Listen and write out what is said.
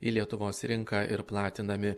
į lietuvos rinką ir platinami